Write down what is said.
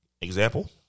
Example